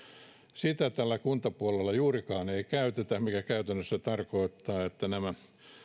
sitä tällä kuntapuolella juurikaan ei käytetä mikä käytännössä tarkoittaa että nämä